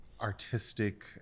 artistic